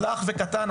הלך וקטן.